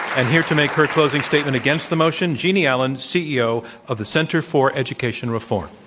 and here to make her closing statement against the motion, jeanne allen, ceo of the center for education reform.